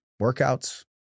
workouts